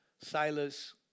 Silas